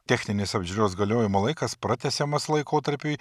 techninės apžiūros galiojimo laikas pratęsiamas laikotarpiui